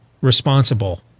responsible